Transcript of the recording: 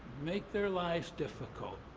make their lives difficult.